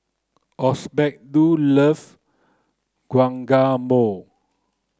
Osbaldo love Guacamole